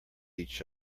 each